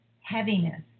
heaviness